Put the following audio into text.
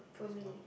for me